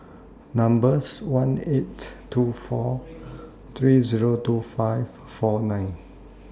number's one eight two four three Zero two five four nine